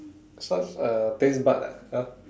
such uh taste buds ah !huh!